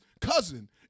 cousin